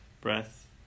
breath